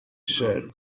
said